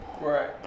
Right